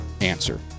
answer